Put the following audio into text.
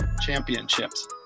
Championships